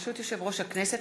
ברשות יושב-ראש הכנסת,